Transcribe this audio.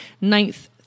ninth